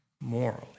morally